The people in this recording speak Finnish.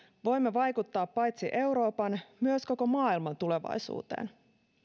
voimme vaikuttaa paitsi euroopan myös koko maailman tulevaisuuteen